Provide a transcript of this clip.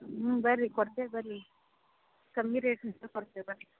ಹ್ಞೂ ಬನ್ರಿ ಕೊಡ್ತೇವೆ ಬನ್ರಿ ಕಮ್ಮಿ ರೇಟಿಂದು ಕೊಡ್ತೇವೆ ಬನ್ರಿ